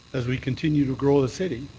as we continue to grow the city,